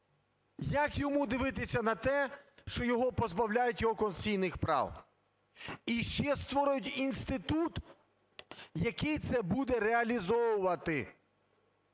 як йому дивитися на те, що його позбавляють його конституційних прав, і ще створюють інститут, який це буде реалізовувати.